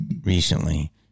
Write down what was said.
recently